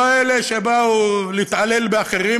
לא אלה שבאו להתעלל באחרים,